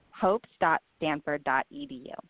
Hopes.stanford.edu